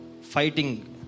fighting